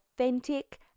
authentic